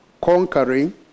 conquering